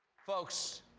folks,